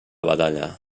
batalla